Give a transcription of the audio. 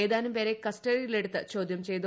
ഏതാനും പേരെ കസ്റ്റഡിയിലെടുത്ത് ചോദ്യം ചെയ്തു